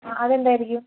ആ അതെന്തായിരിക്കും